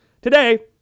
Today